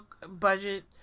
budget